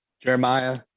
Jeremiah